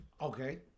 Okay